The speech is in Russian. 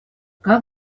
как